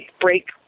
break